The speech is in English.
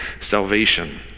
salvation